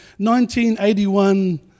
1981